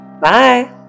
Bye